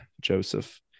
Joseph